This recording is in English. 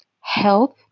health